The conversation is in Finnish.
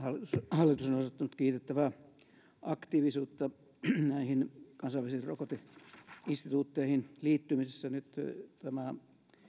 hallitus on osoittanut kiitettävää aktiivisuutta näihin kansainvälisiin rokoteinstituutteihin liittymisessä nyt on tämä